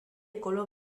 color